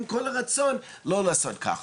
עם כל הרצון לא לעשות ככה.